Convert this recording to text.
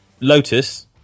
Lotus